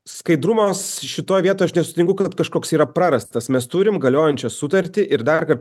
skaidrumas šitoj vietoj aš nesutinku kad kažkoks yra prarastas mes turim galiojančią sutartį ir darkart